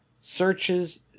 searches